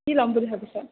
কি ল'ম বুলি ভাবিছ